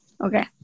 okay